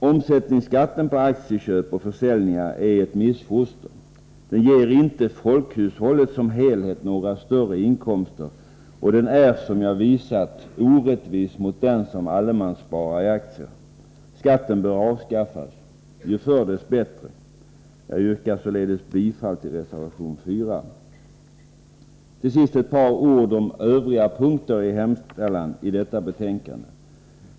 Omsättningsskatten på aktieköp och försäljningar är ett missfoster. Den ger inte folkhushållet som helhet några större inkomster, och den är, som jag visat, orättvis mot den som allemanssparar i aktier. Skatten bör avskaffas — ju förr dess bättre. Jag yrkar således bifall till reservation 4. Till sist ett par ord om övriga punkter i hemställan i detta betänkande.